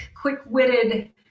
quick-witted